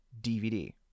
dvd